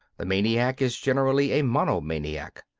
the maniac is generally a monomaniac.